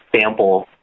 sample